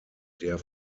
der